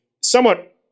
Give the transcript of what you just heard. somewhat